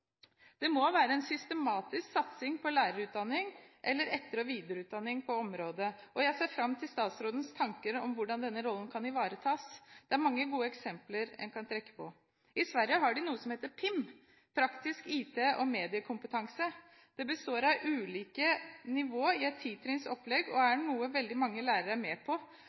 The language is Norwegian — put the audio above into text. Det må være en systematisk satsing på lærerutdanning eller etter- og videreutdanning på dette området. Jeg ser fram til statsrådens tanker om hvordan denne rollen kan ivaretas. Det er mange gode eksempler en kan trekke på. I Sverige har de noe som heter PIM – praktisk IT- og mediekompetanse. Det består av ulike nivåer i et titrinns opplegg og er noe veldig mange lærere er med på.